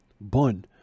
bun